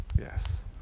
Yes